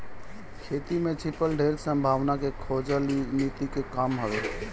खेती में छिपल ढेर संभावना के खोजल इ नीति के काम हवे